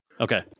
Okay